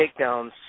takedowns